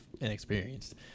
inexperienced